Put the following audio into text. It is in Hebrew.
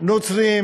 נוצרים